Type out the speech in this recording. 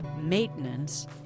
maintenance